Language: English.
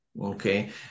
Okay